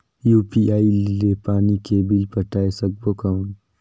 UPI ले पानी के बिल पटाय सकबो कौन?